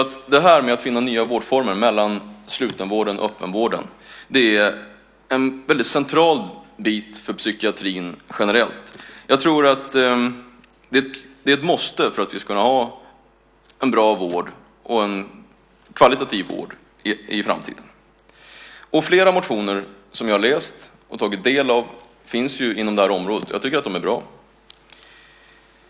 Att finna nya vårdformer mellan slutenvården och öppenvården är en central bit för psykiatrin generellt. Jag tror att det är ett måste för att vi ska ha en bra och kvalitativ vård i framtiden. Flera motioner som jag har läst och tagit del av finns inom området. Jag tycker att de är bra.